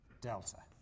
delta